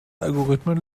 algorithmen